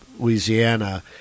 Louisiana